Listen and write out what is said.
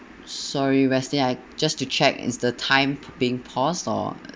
sorry weston I just to check is the time being paused or